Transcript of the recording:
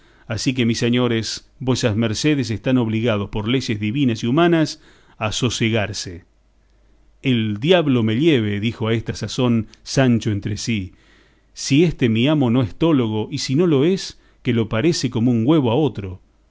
así que mis señores vuesas mercedes están obligados por leyes divinas y humanas a sosegarse el diablo me lleve dijo a esta sazón sancho entre sí si este mi amo no es tólogo y si no lo es que lo parece como un güevo a otro